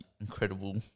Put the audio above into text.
incredible